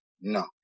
No